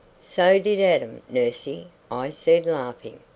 so did adam, nursey, i said laughing.